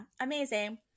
amazing